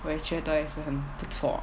我也觉得也是很不错